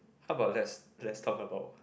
how about let's let's talk about